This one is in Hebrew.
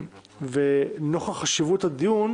נוכח חשיבות הדיון,